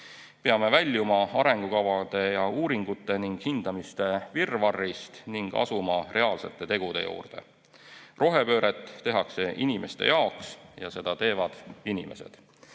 Peame väljuma arengukavade ja uuringute ning hindamiste virvarrist ning asuma reaalsete tegude juurde. Rohepööret tehakse inimeste jaoks ja seda teevad inimesed.